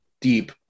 deep